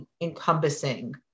encompassing